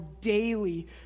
daily